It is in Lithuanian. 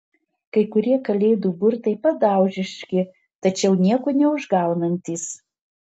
kai kurie kalėdų burtai padaužiški tačiau nieko neužgaunantys